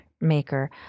maker